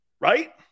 right